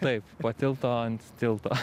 taip po tiltu ant tilto